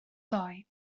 ddoe